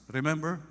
Remember